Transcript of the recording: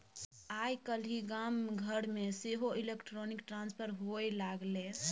आय काल्हि गाम घरमे सेहो इलेक्ट्रॉनिक ट्रांसफर होए लागलै